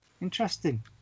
Interesting